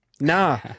Nah